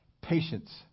Patience